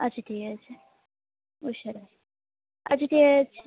আচ্ছা ঠিক আছে আচ্ছা ঠিক আছে